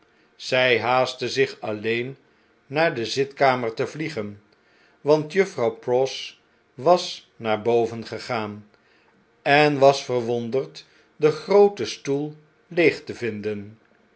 zft haastte zich alleen naar de zitkamer te vliegen wantjuffrouw pross was naar boven gegaan en wasverwonderd den grooten stoel leeg te vinden